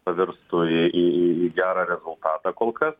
pavirstų į į į gerą rezultatą kol kas